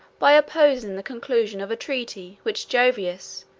by opposing the conclusion of a treaty which jovius,